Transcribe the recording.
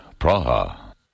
Praha